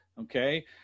Okay